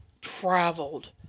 traveled